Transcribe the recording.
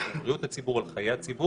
על בריאות הציבור ועל חיי הציבור,